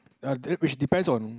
ya then which depends on